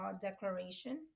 declaration